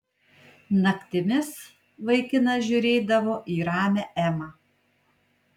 naktimis vaikinas žiūrėdavo į ramią emą